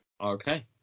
okay